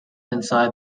inside